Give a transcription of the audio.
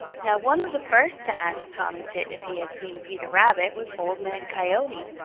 now one of the first to ask tommy tit if he had seen peter rabbit was old man coyote.